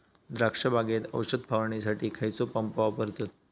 द्राक्ष बागेत औषध फवारणीसाठी खैयचो पंप वापरतत?